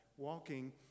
walking